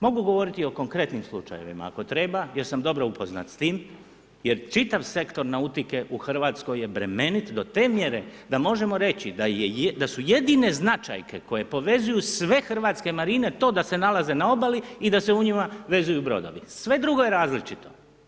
Mogu govoriti o konkretnim slučajevima ako treba, jer sam dobro upoznat s tim jer čitav sektor nautike u Hrvatskoj je bremenit do te mjere da možemo reći da su jedine značajke koje povezuju sve Hrvatske marine to da se nalaze na obali i da se u njima vezuju brodovi, sve drugo je različito.